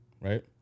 Right